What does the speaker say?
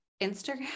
Instagram